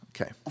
Okay